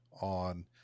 on